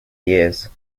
years